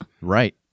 Right